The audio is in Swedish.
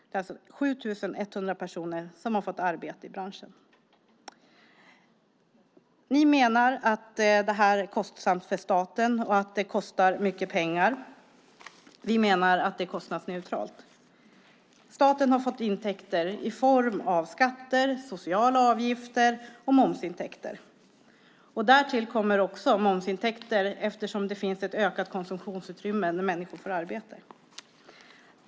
Det är alltså 7 100 personer som har fått arbete i branschen. Ni menar att det här är kostsamt för staten. Vi menar att det här är kostnadsneutralt. Staten har fått intäkter i form av skatter, sociala avgifter och moms. Därtill kommer också momsintäkter eftersom det finns ett ökat konsumtionsutrymme när människor får arbete.